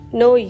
no